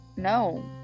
No